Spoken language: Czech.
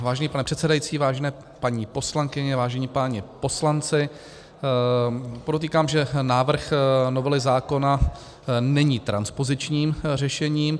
Vážený pane předsedající, vážené paní poslankyně, vážení páni poslanci, podotýkám, že návrh novely zákona není transpozičním řešením.